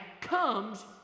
comes